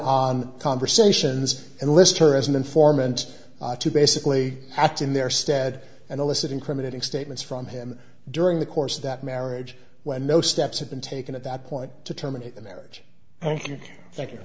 on conversations and list her as an informant to basically act in their stead and elicit incriminating statements from him during the course of that marriage when no steps have been taken at that point to terminate the marriage thank you thank you